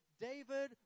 David